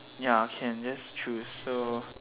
ya can just choose so